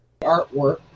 artwork